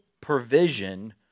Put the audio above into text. provision